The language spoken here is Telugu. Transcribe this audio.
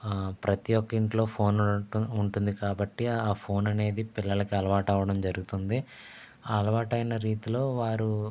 ప్రతి ఒక్క ఇంట్లో ఫోన్ ఉండడం ఉంటుంది కాబట్టి ఆ ఫోన్ అనేది పిల్లలకి అలవాటు అవ్వడం జరుగుతుంది అలవాటైన రీతిలో వారు